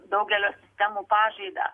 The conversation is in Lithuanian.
daugelio sistemų pažaidą